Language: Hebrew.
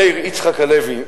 מאיר יצחק הלוי,